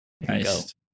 Nice